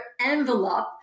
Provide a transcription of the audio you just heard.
envelope